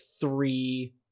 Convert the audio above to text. three